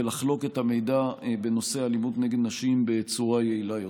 ולחלוק את המידע בנושא אלימות נגד נשים בצורה יעילה יותר.